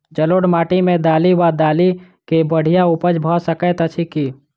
जलोढ़ माटि मे दालि वा दालि केँ बढ़िया उपज भऽ सकैत अछि की?